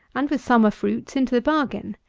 and with summer fruits into the bargain.